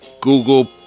Google